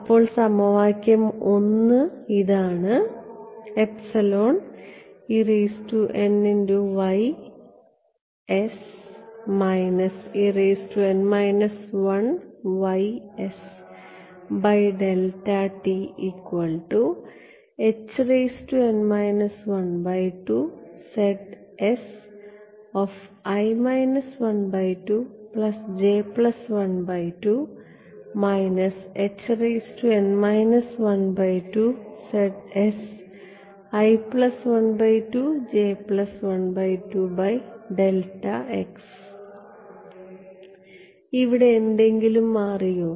അപ്പോൾ സമവാക്യം 1 ഇതാണ് ഇവിടെ എന്തെങ്കിലും മാറിയോ